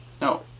No